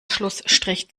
schlussstrich